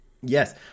yes